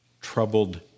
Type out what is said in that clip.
troubled